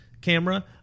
camera